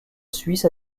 suisse